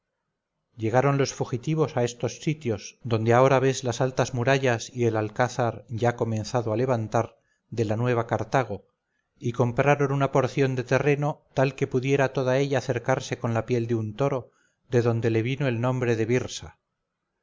llegaron los fugitivos a estos sitios donde ahora ves las altas murallas y el alcázar ya comenzado a levantar de la nueva cartago y compraron una porción de terreno tal que pudiera toda ella cercarse con la piel de un toro de donde le vino el nombre de birsa